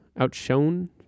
outshone